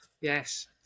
Yes